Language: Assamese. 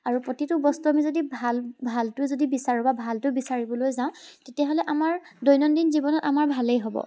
আৰু প্ৰতিটো বস্তু আমি যদি ভাল ভালটো যদি বিচাৰোঁ বা ভালটো বিচাৰিবলৈ যাওঁ তেতিয়াহ'লে আমাৰ দৈনন্দিন জীৱনত আমাৰ ভালেই হ'ব